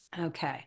Okay